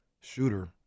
shooter